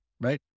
right